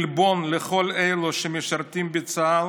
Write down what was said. עלבון לכל אלה שמשרתים בצה"ל,